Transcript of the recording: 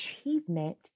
achievement